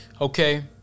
Okay